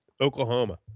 Oklahoma